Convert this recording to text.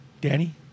Danny